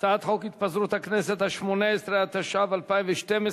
הצעת חוק פיזור הכנסת השמונה-עשרה, התשע"ב 2012,